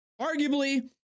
arguably